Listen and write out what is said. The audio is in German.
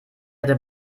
hatte